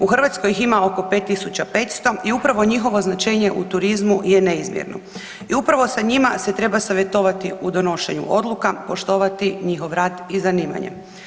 U Hrvatskoj ih ima oko 5500 i upravo njihovo značenje u turizmu je neizmjerno i upravo sa njima se treba savjetovati u donošenju odluka, poštovati njihov rad i zanimanje.